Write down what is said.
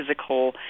physical